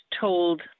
told